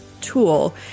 tool